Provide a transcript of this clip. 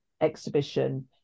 exhibition